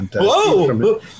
Whoa